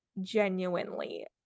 genuinely